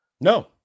No